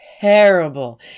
terrible